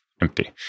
empty